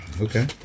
Okay